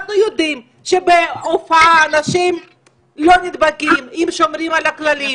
אנחנו יודעים שבהופעה אנשים לא נדבקים אם שומרים על הכללים,